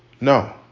No